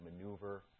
maneuver